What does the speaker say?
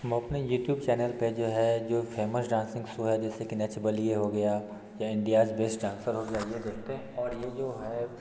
हम अपने YouTube channel पर जो है फेमस डांसिंग शो है जैसे की नच बलिए हो गया या इंडियाज़ बेस्ट डांसर हो गया यह देखते हैं और यह जो है